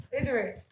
Iterate